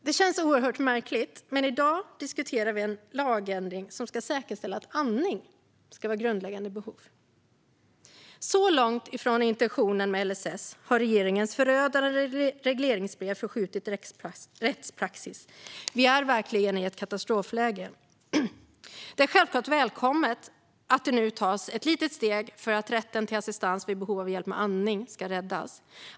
Det känns oerhört märkligt, men i dag diskuterar vi en lagändring som innebär att andning ska utgöra ett grundläggande behov. Så långt från intentionen med LSS har regeringens förödande regleringsbrev förskjutit rättspraxis. Vi är verkligen i ett katastrofläge. Det är självklart välkommet att det nu tas ett litet steg för att rätten till assistans vid behov av hjälp med andning ska räddas.